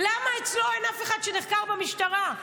למה אצלו אין אף אחד שנחקר במשטרה?